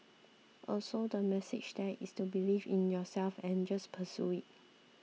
also the message there is to believe in yourself and just pursue it